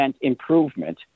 improvement